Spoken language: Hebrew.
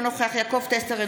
אינו נוכח יעקב טסלר,